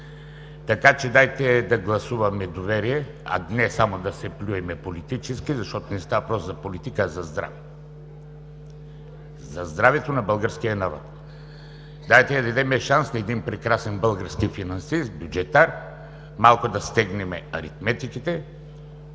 Така че дайте да гласуваме доверие, а не само да се плюем политически, защото не става въпрос за политика, а за здраве – за здравето на българския народ. Дайте да дадем шанс на един прекрасен български финансист, бюджетар, малко да стегнем аритметиките.